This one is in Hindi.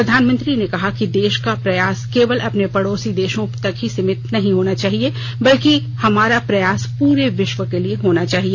प्रधानमंत्री ने कहा कि देश का प्रयास केवल अपने पड़ोसी देशों तक ही सीमित नहीं होना चाहिए बलकि हमारा प्रयास पूरे विश्व के लिए होना चाहिए